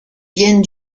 viennent